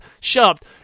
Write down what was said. shoved